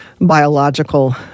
biological